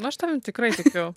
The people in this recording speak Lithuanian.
nu aš tavim tikrai tikiu